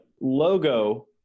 logo